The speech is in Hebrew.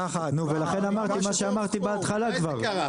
מתי זה קרה,